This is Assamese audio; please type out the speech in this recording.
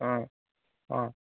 অঁ অঁ